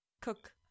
cook